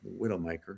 Widowmaker